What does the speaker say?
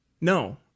no